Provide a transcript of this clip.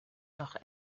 noch